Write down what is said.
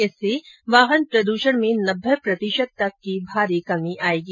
इससे वाहन प्रद्वषण में नब्बे प्रतिशत तक की भारी कमी आयेगी